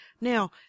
Now